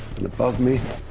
and above me,